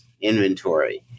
inventory